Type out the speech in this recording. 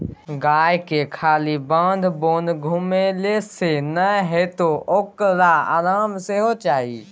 गायके खाली बाध बोन घुमेले सँ नै हेतौ ओकरा आराम सेहो चाही